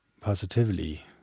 positively